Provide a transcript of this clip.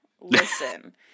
listen